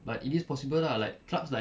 but it is possible ah like clubs like